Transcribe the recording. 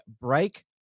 break